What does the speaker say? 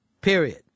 period